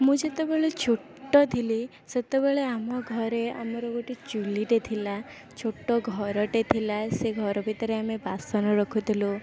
ମୁଁ ଯେତେବେଳେ ଛୋଟ ଥିଲି ସେତେବେଳେ ଆମ ଘରେ ଆମର ଗୋଟେ ଚୁଲିଟେ ଥିଲା ଛୋଟ ଘରଟେ ଥିଲା ସେ ଘର ଭିତରେ ଆମେ ବାସନ ରଖୁଥିଲୁ